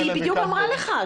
היא אמרה לך.